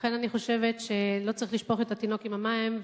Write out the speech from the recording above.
לכן אני חושבת שלא צריך לשפוך את התינוק עם המים,